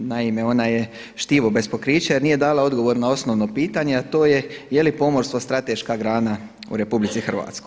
Naime, ona je štivo bez pokrića jer nije dala odgovor na osnovno pitanje, a to je jeli pomorstvo strateška grana u RH.